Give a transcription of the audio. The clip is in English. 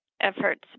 efforts